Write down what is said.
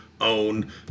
own